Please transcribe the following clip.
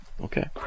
Okay